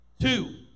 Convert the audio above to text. Two